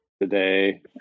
today